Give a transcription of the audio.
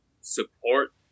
support